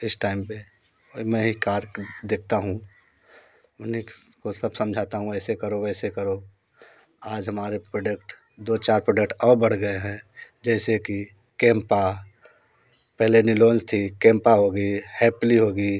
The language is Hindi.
इस टाइम पर मैं ही कार्य देखता हूँ माने वो सब समझाता हूँ ऐसे करो वैसे करो आज हमारे प्रोडक्ट दो चार प्रोडक्ट और बढ़ गए हैं जैसे कि कैम्पा पहले निलोंज थी कैम्पा हो गई हैप्पिली होगी